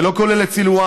זה לא כולל את סלוואן,